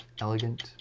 elegant